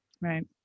right